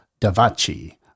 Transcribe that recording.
Davachi